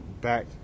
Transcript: back